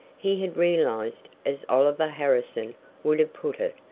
he had realized, as oliver harrison would have put it.